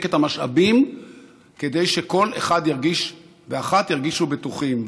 את המשאבים כדי שכל אחד ואחת ירגישו בטוחים.